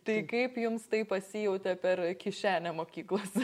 tai kaip jums tai pasijautė per kišenę mokyklos